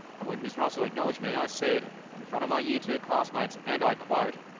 and when ms. russell acknowledged me, i said, in front of my year two classmates, and i quote,